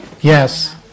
Yes